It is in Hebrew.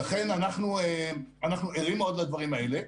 אנחנו ערים מאוד לדברים האלה.